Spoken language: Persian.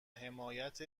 حمایت